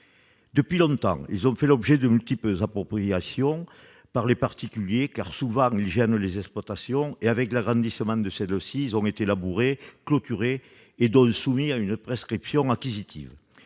Depuis longtemps, ils ont fait l'objet de multiples appropriations par des particuliers : souvent, ils gênent les exploitations et, avec l'agrandissement de celles-ci, ils ont été labourés, clôturés et donc soumis à une prescription acquisitive.